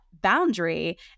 boundary